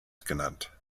genannt